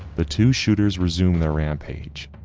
the two shooters resumed their rampage,